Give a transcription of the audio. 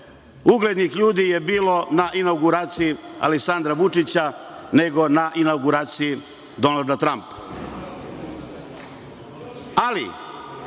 uglednih ljudi je bilo na inauguraciji Aleksandra Vučića, nego na inauguraciji Donalda Trampa. Ali,